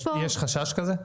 יש חשש כזה?